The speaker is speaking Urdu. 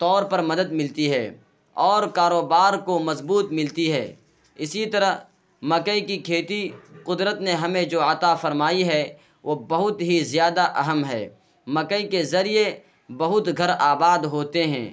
طور پر مدد ملتی ہے اور کاروبار کو مضبوط ملتی ہے اسی طرح مکئی کی کھیتی قدرت نے جو ہمیں عطا فرمائی ہے وہ بہت ہی زیادہ اہم ہے مکئی کے ذریعہ بہت سے گھر آباد ہوتے ہیں